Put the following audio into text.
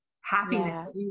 happiness